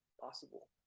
possible